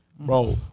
Bro